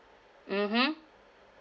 mmhmm